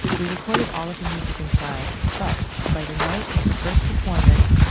we recorded all of the music inside, but by the night of the first performance,